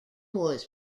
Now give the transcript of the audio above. was